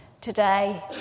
today